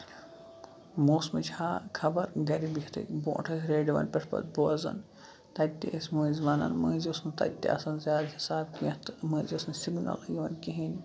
موسمٕچ ہا خبر گرِ بِہتھٕے برونٹھٕے ریڈیوَن پٮ۪ٹھ پَتہٕ بوزان تَتہِ تہِ ٲسۍ مٔنزۍ وَنان مٔنٛزۍ اوس نہٕ تَتہِ تہِ آسان زیادٕ حِساب کیٚنہہ تہٕ مٔنزۍ ٲس نہٕ سِگنَلے یِوان کِہینۍ